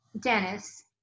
Dennis